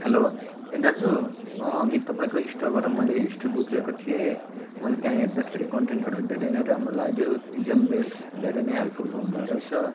hello ए दाजु अघि तपाईँको स्टोरबाट मैले हिस्ट्री बुक लिएको थिएँ मैले त्यहाँ हेर्दाखेरि कन्टेन्टहरू धेरै नै राम्रो लाग्यो इक्जाम बेस्ड धेरै नै हेल्पफुल हुने रहेछ